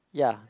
ya